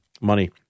money